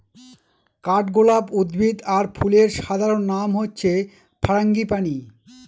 কাঠগলাপ উদ্ভিদ আর ফুলের সাধারণ নাম হচ্ছে ফারাঙ্গিপানি